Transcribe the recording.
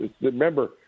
Remember